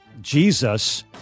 Jesus